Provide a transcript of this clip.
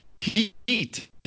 heat